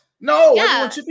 No